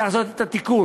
צריך לעשות את התיקון.